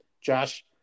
Josh